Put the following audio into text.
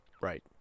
Right